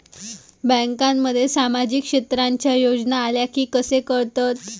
बँकांमध्ये सामाजिक क्षेत्रांच्या योजना आल्या की कसे कळतत?